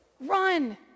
Run